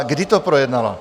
Kdy to projednala?